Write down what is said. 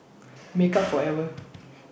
Makeup Forever